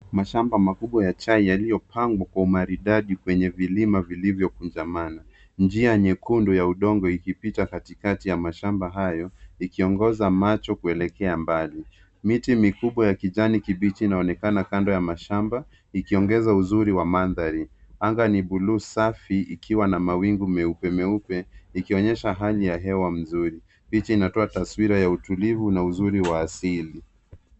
Mashamba makubwa ya chai yaliyopangwa kwa umaridadi kwenye vilima vilivyokunjamana. Njia nyekundu ya udongo ikipita katikati ya mashamba hayo, ikiongoza macho kuelekea mbali. Miti mikubwa ya kijani kibichi inaonekana kando ya mashamba, ikiongeza uzuri wa mandhari. Anga ni buluu safi, ikiwa na mawingu meupe meupe, ikionyesha hali ya hewa nzuri. Picha inatoa taswira ya utulivu na uzuri wa asili.